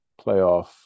playoff